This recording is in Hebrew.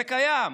זה קיים.